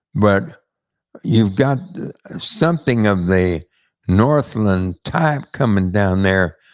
but you've got something of the northland-type coming down there,